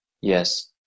Yes